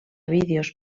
vídeos